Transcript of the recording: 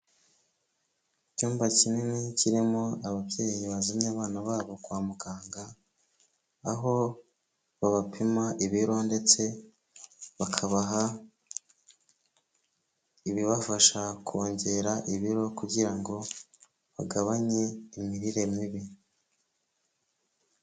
Icyumba kinini kirimo ababyeyi bazanye abana babo kwa muganga, aho babapima ibiro ndetse bakabaha ibibafasha kongera ibiro kugira ngo bagabanye imirire mibi.